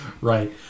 right